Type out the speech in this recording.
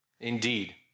Indeed